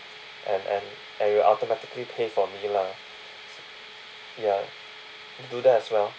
and and and it will automatically pay for me lah ya do that as well